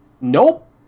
Nope